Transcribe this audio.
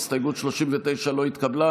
הסתייגות 39 לא התקבלה.